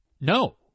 no